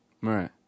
Right